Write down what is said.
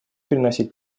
приносить